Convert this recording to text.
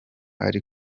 ari